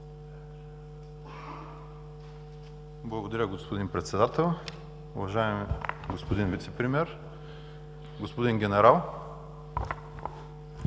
Благодаря Ви, господин Председател. Уважаеми господин Вицепремиер, господин Генерал!